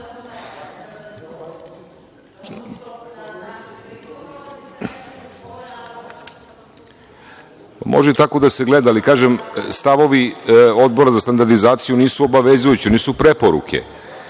i tako da se gleda, ali kažem stavovi Odbora za standardizaciju nisu obavezujući. Oni su preporuke. Mi